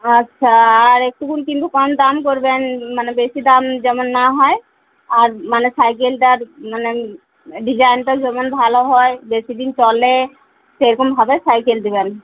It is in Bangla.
আচ্ছা আর একটুকু কিন্তু কম দাম করবেন মানে বেশি দাম যেমন না হয় আর মানে সাইকেলটার মানে ডিজাইনটা যেমন ভালো হয় বেশি দিন চলে সেরকমভাবে সাইকেল দেবেন